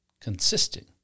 consisting